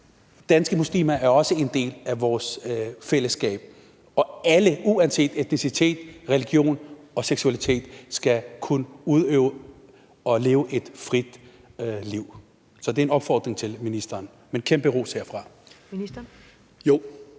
danske muslimer er også en del af vores fællesskab, og alle uanset etnicitet, religion og seksualitet skal kunne udøve og leve et frit liv? Så det er en opfordring til ministeren. Men der skal